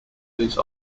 police